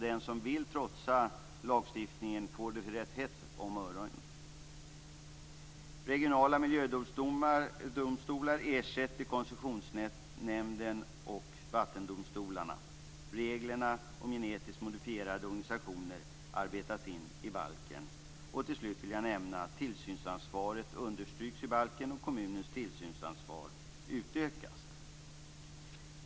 Den som vill trotsa lagstiftningen får det alltså rätt hett om öronen. Regionala miljödomstolar ersätter Koncessionsnämnden och vattendomstolarna. Reglerna om genetiskt modifierade organismer arbetas in i balken. Till slut vill jag nämna att tillsynsansvaret understryks i balken och att kommunens tillsynsansvar utökas.